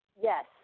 Yes